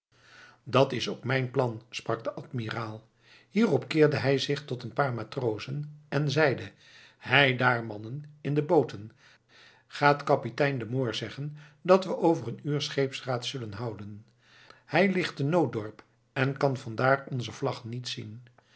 dat is ook mijn plan sprak de admiraal hierop keerde hij zich tot een paar matrozen en zeide hei daar mannen in de booten gaat kapitein de moor zeggen dat we over een uur scheepsraad zullen houden hij ligt te nootdorp en kan vandaar onze vlag niet zien